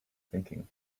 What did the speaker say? thinking